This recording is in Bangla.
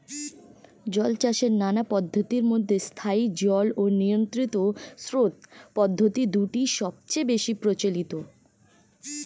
জলচাষের নানা পদ্ধতির মধ্যে স্থায়ী জল ও নিয়ন্ত্রিত স্রোত পদ্ধতি দুটি সবচেয়ে বেশি প্রচলিত